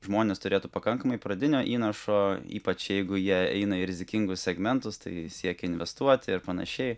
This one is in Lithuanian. žmonės turėtų pakankamai pradinio įnašo ypač jeigu jie eina į rizikingus segmentus tai siekia investuoti ir panašiai